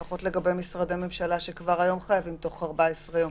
לפחות לגבי משרדי ממשלה שכבר היום חייבים בתוך 14 יום.